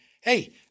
Hey